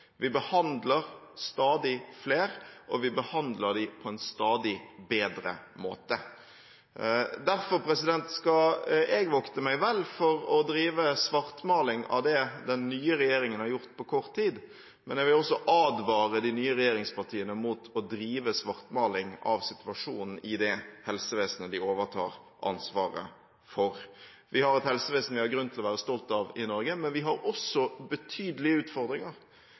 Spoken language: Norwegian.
Vi behandler stadig flere, og vi behandler dem på en stadig bedre måte. Derfor skal jeg vokte meg vel for å drive svartmaling av det den nye regjeringen har gjort på kort tid, men jeg vil også advare de nye regjeringspartiene mot å drive svartmaling av situasjonen i det helsevesenet de overtar ansvaret for. Vi har et helsevesen vi har grunn til å være stolt av i Norge, men vi har også betydelige utfordringer.